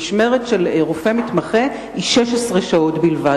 משמרת של רופא מתמחה היא 16 שעות בלבד.